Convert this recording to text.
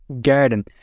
garden